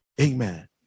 Amen